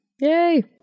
Yay